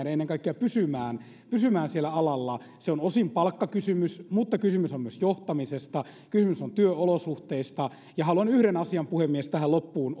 ja ennen kaikkea pysymään pysymään siellä alalla se on osin palkkakysymys mutta kysymys on myös johtamisesta kysymys on työolosuhteista ja haluan yhden asian puhemies tähän loppuun